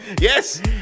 Yes